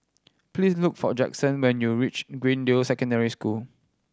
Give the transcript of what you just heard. please look for Jaxson when you reach Greendale Secondary School